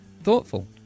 Thoughtful